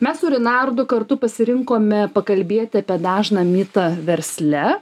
mes su rinardu kartu pasirinkome pakalbėti apie dažną mitą versle